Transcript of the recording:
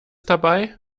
dabei